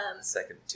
second